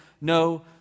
no